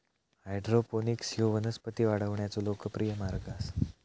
hydroponics ह्यो वनस्पती वाढवण्याचो लोकप्रिय मार्ग आसा